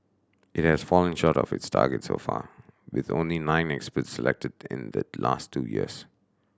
it has fallen short of this target so far with only nine experts selected in the last two years